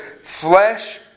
flesh